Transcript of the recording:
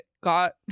got